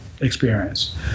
experience